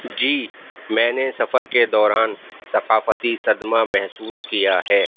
جی میں نے سفر کے دوران ثقافتی صدمہ محسوس کیا ہے